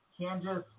Kansas